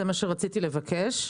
זה מה שרציתי לבקש,